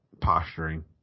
posturing